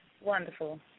Wonderful